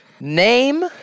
Name